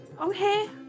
Okay